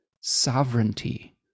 sovereignty